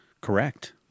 Correct